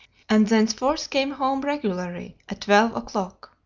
and thenceforth came home regularly at twelve o'clock.